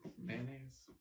mayonnaise